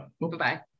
Bye-bye